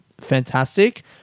fantastic